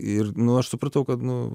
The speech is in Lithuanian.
ir nu aš supratau kad nu